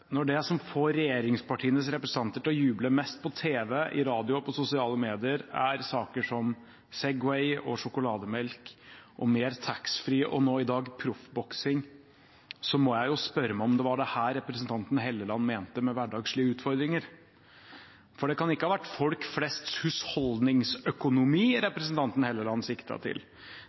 når det som får regjeringspartienes representanter til å juble mest på tv, i radio og på sosiale medier, er saker som segway, sjokolademelk, mer taxfree og nå i dag proffboksing, må jeg jo spørre meg om det var dette Trond Helleland mente med hverdagslige utfordringer. For det kan ikke ha vært husholdningsøkonomien til folk flest representanten Helleland siktet til.